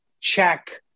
check